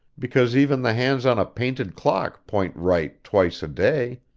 because even the hands on a painted clock point right twice a day.